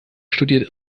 studiert